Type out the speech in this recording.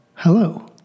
Hello